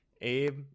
Abe